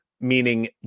meaning